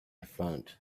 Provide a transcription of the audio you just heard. front